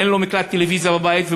אין לו מקלט טלוויזיה בבית,